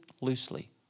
loosely